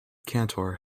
cantor